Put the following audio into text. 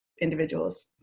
individuals